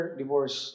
divorce